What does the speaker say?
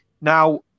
now